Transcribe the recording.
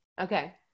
okay